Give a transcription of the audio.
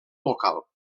local